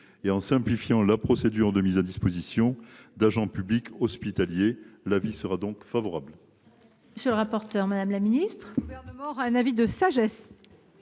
et à simplifier la procédure de mise à disposition d’agents publics hospitaliers. L’avis est favorable.